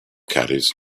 caddies